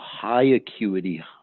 high-acuity